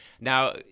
Now